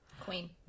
Queen